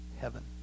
heaven